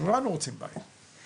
כולנו רוצים לבית.